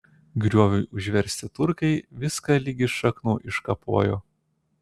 grioviui užversti turkai viską ligi šaknų iškapojo